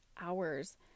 hours